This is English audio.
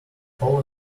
all